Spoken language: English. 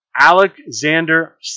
Alexander